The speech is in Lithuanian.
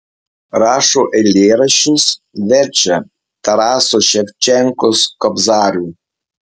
rašo eilėraščius verčia taraso ševčenkos kobzarių